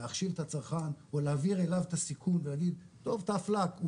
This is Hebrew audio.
להכשיל את הצרכן או להעביר אליו את הסיכון ולהגיד הוא נכשל,